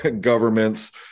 governments